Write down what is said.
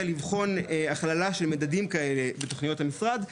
לבחון הכללה של מדדים כאלו בתוכניות המשרד,